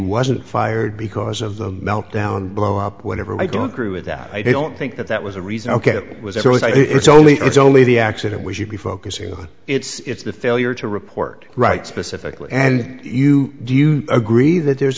wasn't fired because of the melt down blow up whatever i don't agree with that i don't think that that was a reason ok it was always it's only it's only the accident we should be focusing on it's the failure to report right specifically and you do you agree that there's